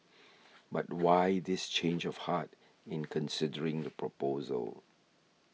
but why this change of heart in considering the proposal